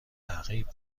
تعقیب